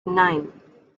nine